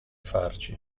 farci